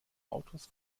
autos